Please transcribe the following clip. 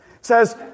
says